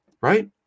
right